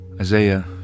Isaiah